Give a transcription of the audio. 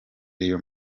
real